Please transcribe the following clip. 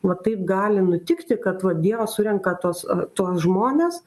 va taip gali nutikti kad va dievas surenka tuos tuos žmones